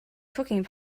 cooking